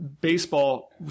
baseball